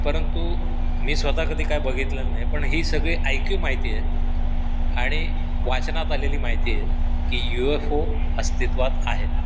परंतु मी स्वतः कधी काय बघितलेलं नाही पण ही सगळी ऐकीव माहिती आहे आणि वाचनात आलेली माहिती आहे की यु एफ ओ अस्तित्वात आहेत